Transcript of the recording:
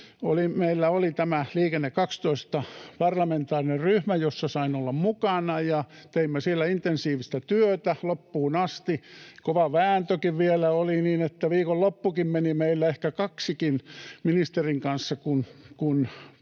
Meillä oli tämä Liikenne 12 ‑parlamentaarinen ryhmä, jossa sain olla mukana, ja teimme siellä intensiivistä työtä loppuun asti. Kova vääntökin vielä oli niin, että viikonloppukin, ehkä kaksikin, meillä meni ministerin kanssa, kun painiskelimme